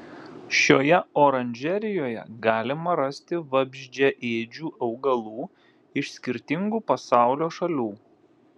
šioje oranžerijoje galima rasti vabzdžiaėdžių augalų iš skirtingų pasaulio šalių